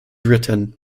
written